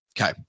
Okay